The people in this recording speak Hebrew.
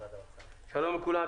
שלום לכולם.